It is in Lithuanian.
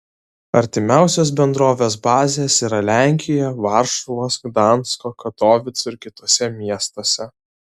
artimiausios bendrovės bazės yra lenkijoje varšuvos gdansko katovicų ir kituose miestuose